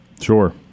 Sure